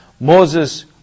Moses